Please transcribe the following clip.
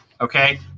Okay